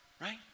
right